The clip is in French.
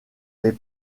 les